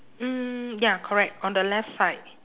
mm ya correct on the left side